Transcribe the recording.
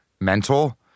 mental